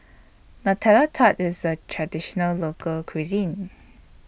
Nutella Tart IS A Traditional Local Cuisine